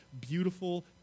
beautiful